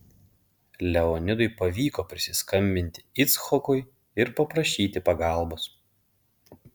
leonidui pavyko prisiskambinti icchokui ir paprašyti pagalbos